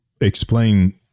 explain